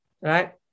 right